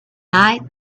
night